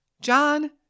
John